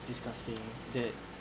disgusting